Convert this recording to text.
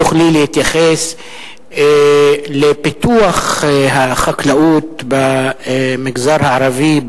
אולי תוכלי להתייחס לפיתוח החקלאות במגזר הערבי,